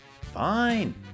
fine